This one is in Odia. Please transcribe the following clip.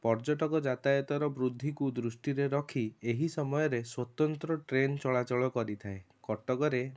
ପର୍ଯ୍ୟଟକ ଯାତାୟତର ବୃଦ୍ଧିକୁ ଦୃଷ୍ଟିରେ ରଖି ଏହି ସମୟରେ ସ୍ଵତନ୍ତ୍ର ଟ୍ରେନ୍ ଚଳାଚଳ କରିଥାଏ କଟକରେ